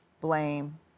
blame